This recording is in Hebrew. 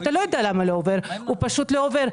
אתה לא יודע למה הוא לא עובר, הוא פשוט לא עובר.